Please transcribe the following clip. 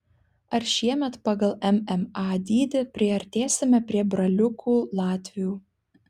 ar šiemet pagal mma dydį priartėsime prie braliukų latvių